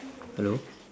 hello